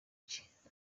cye